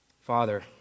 Father